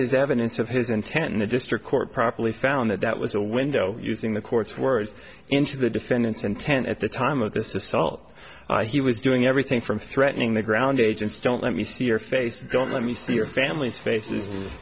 is evidence of his intent and the district court properly found that that was a window using the court's words into the defendant's intent at the time of this assault he was doing everything from threatening the ground agents don't let me see your face don't let me see your family's faces